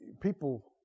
people